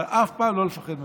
אבל אף פעם לא לפחד ממלחמה.